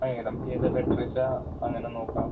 ആ നമുക്കേതാണ് ബെറ്റർ വെച്ചാൽ അങ്ങനെ നോക്കാം